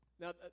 Now